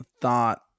thought